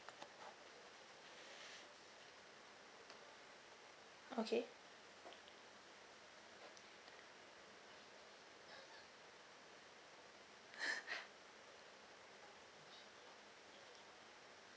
okay